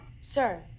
Sir